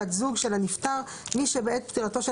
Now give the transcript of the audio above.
"בת זוג" של הנפטר מי שבעת פטירתו של